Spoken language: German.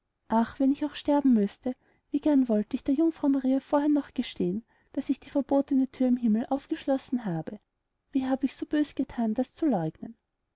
ach wenn ich auch sterben müßte wie gern wollt ich der jungfrau maria vorher noch gestehen daß ich die verbotene thüre im himmel aufgeschlossen habe wie hab ich so bös gethan das zu leugnen